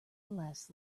laughs